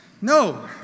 No